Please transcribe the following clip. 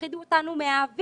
הפחידו אותנו מהאוויר,